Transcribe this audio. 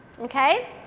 okay